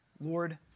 Lord